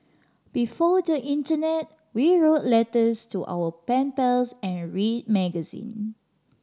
before the internet we wrote letters to our pen pals and read magazine